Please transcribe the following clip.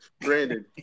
Brandon